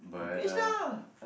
Krishna